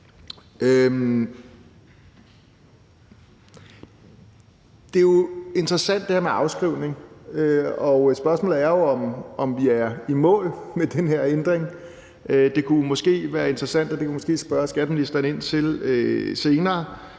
er jo interessant, og spørgsmålet er, om vi er i mål med den her ændring. Det kunne måske være interessant at se, og det kunne vi måske spørge skatteministeren ind til senere,